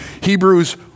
Hebrews